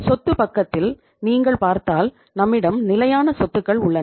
சொத்து பக்கத்தில் நீங்கள் பார்த்தால் நம்மிடம் நிலையான சொத்துக்கள் உள்ளன